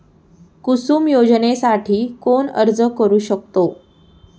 कुसुम योजनेसाठी कोण अर्ज करू शकतो?